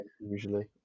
usually